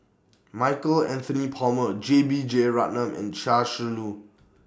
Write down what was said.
Michael Anthony Palmer J B Jeyaretnam and Chia Shi Lu